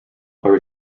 are